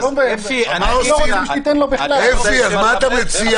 אפי, אז מה אתה מציע?